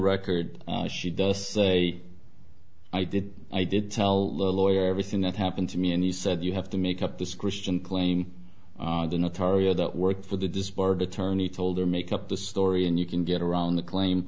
record she does say i did i did tell the lawyer everything that happened to me and he said you have to make up this christian claim than authority that worked for the disbarred attorney told or make up the story and you can get around the claim